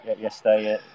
yesterday